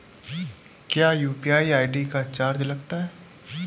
क्या UPI ID का charge लगता है?